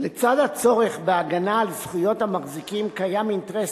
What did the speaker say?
לצד הצורך בהגנה על זכויות המחזיקים קיים אינטרס